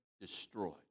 destroyed